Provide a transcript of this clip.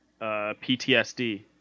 PTSD